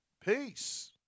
Peace